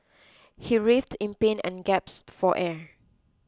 he writhed in pain and gasped for air